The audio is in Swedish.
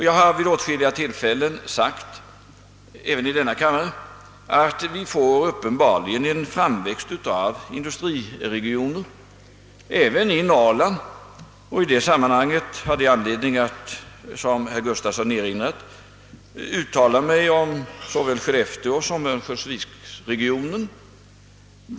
Jag har vid åtskilliga tillfällen sagt, även i denna kammare, att vi uppenbarligen får ökande industriregioner även i Norrland, och i det sammanhanget hade jag anledning att — som herr Gustafsson i Skellefteå har erinrat om — uttala mig om såväl skellefteåsom örnsköldsviksregionen.